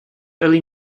early